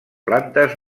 plantes